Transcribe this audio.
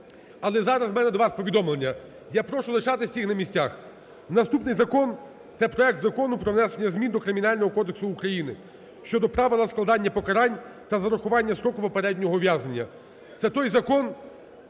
Але зараз у мене до вас повідомлення. Я прошу лишатись всіх на місцях. Наступний закон, це проект Закону про внесення змін до Кримінального кодексу України (щодо правила складання покарань та зарахування строку попереднього ув'язнення).